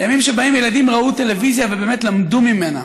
לימים שבהם ילדים ראו טלוויזיה ובאמת למדו ממנה,